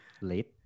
late